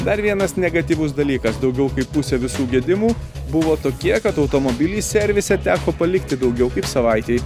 dar vienas negatyvus dalykas daugiau kaip pusė visų gedimų buvo tokie kad automobilį servise teko palikti daugiau kaip savaitei